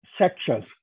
sections